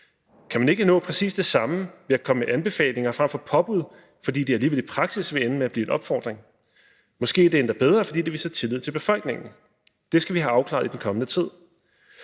Kan man ikke nå præcis det samme ved at komme med anbefalinger frem for påbud, fordi det alligevel i praksis vil ende med at blive en opfordring? Måske er det endda bedre, fordi det viser tillid til befolkningen. Det skal vi have afklaret i den kommende tid.